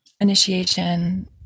initiation